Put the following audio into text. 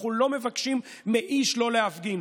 אנחנו לא מבקשים מאיש לא להפגין.